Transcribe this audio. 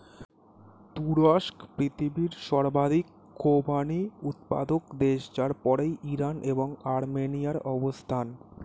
তুরস্ক পৃথিবীর সর্বাধিক খোবানি উৎপাদক দেশ যার পরেই ইরান এবং আর্মেনিয়ার অবস্থান